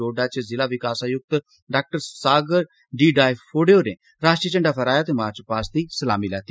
डोडा च जिला विकास आयुक्त डाक्टर सागर डी डायफोडे होरें राष्ट्रीय झंडा फैहराया ते मार्च पास्ट दी सलामी लैती